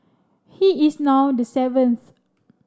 he is now the seventh